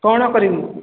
କ'ଣ କରିବୁ